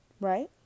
Right